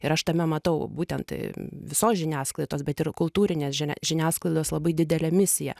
ir aš tame matau būtent visos žiniasklaidos bet ir kultūrinės žinia žiniasklaidos labai didelę misiją